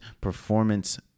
performance